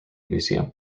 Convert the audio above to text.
museum